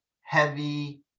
heavy